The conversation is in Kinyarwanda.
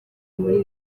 muri